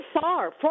far